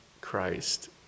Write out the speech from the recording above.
Christ